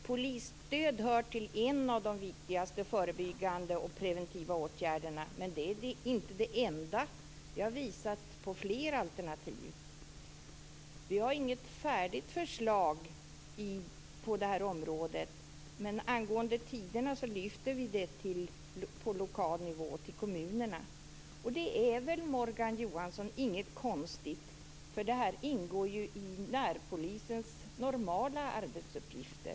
Herr talman! Polisstöd är en av de viktigaste preventiva åtgärderna, men det är inte den enda. Vi har visat på fler alternativ. Vi har inget färdigt förslag på det här området. Men angående frågan om tiderna lyfter vi den till lokal nivå, till kommunerna. Det är väl, Morgan Johansson, inget konstigt, för det här ingår ju i närpolisens normala arbetsuppgifter.